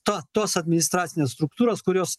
ta tos administracinės struktūros kurios